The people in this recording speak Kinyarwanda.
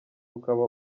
ukaba